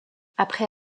après